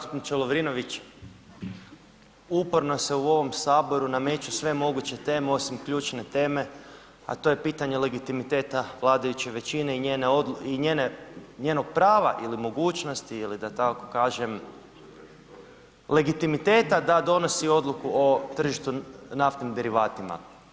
Uvaženi zastupniče Lovrinović, uporno se u ovom Saboru nameću sve moguće teme osim ključne teme a to je pitanje legitimiteta vladajuće većine i njenog prava ili mogućnosti ili da tako kažem legitimiteta da donosi odluku o tržištu naftnim derivatima.